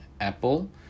Apple